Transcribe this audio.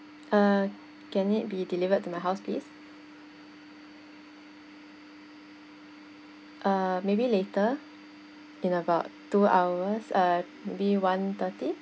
uh can it be delivered to my house please uh maybe later in about two hours uh maybe one thirty